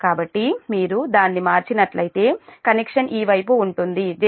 కాబట్టి మీరు దాన్ని మార్చినట్లయితే కనెక్షన్ ఈ వైపు ఉంటుంది j0